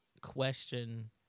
question